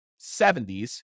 70s